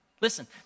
Listen